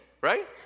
right